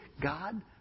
God